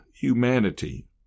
humanity